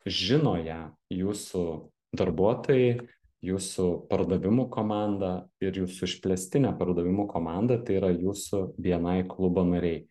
žino ją jūsų darbuotojai jūsų pardavimų komanda ir jūsų išplėstinė pardavimų komanda tai yra jūsų bni klubo nariai